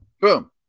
Boom